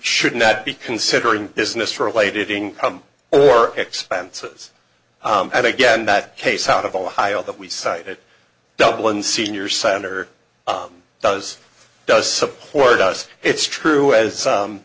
should not be considering business related income or expenses and again that case out of ohio that we cited dublin senior center does does support us it's true as